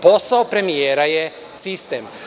Posao premijera je sistem.